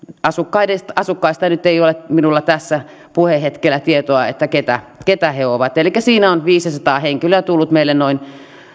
asukkaista nyt ei ole minulla tässä puhehetkellä tietoa keitä keitä he ovat elikkä siinä on viisisataa henkilöä tullut meille noin